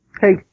Hey